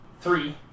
Three